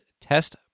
test